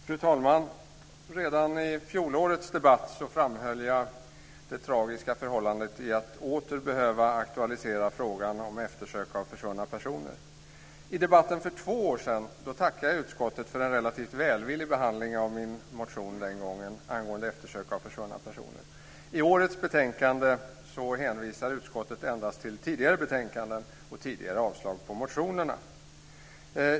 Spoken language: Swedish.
Fru talman! Redan i fjolårets debatt framhöll jag det tragiska i att åter behöva aktualisera frågan om eftersök av försvunna personer. I debatten för två år sedan tackade jag utskottet för en relativt välvillig behandling av min motion om eftersök av försvunna personer den gången. I årets betänkande hänvisar utskottet endast till tidigare betänkanden och tidigare avslag på motionerna.